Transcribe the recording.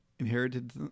Inherited